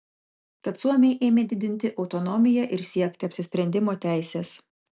tad suomiai ėmė didinti autonomiją ir siekti apsisprendimo teisės